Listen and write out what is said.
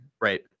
Right